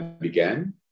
began